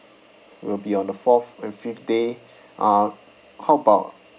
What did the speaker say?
we'll be on the fourth and fifth day uh how about